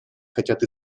хотят